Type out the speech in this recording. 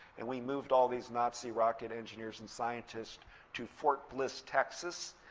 and we moved all these nazi rocket engineers and scientists to fort bliss, texas,